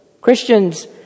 Christians